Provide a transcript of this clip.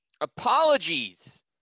apologies